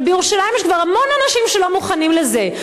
בירושלים יש כבר המון אנשים שלא מוכנים לזה.